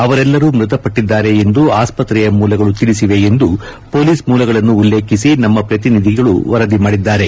ಅವರೆಲ್ಲರೂ ಮೃತಪಟ್ಟಿದ್ದಾರೆ ಎಂದು ಆಸ್ಪತ್ರೆಯ ಮೂಲಗಳು ತಿಳಿಸಿವೆ ಎಂದು ಪೊಲೀಸ್ ಮೂಲಗಳನ್ನುಲ್ಲೇಖಿಸಿ ನಮ್ಮ ಪ್ರತಿನಿಧಿಗಳು ವರದಿ ಮಾಡಿದ್ದಾರೆ